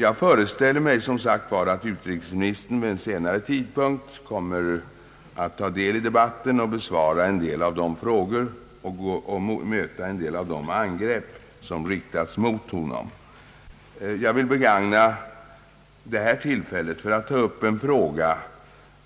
Jag föreställer mig som sagt att utrikesministern senare kommer att besvara en del av de frågor och bemöta en del av de angrepp som riktats mot honom. Jag vill begagna detta tillfälle till att ta upp en fråga